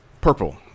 Purple